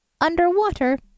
underwater